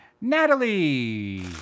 Natalie